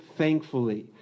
thankfully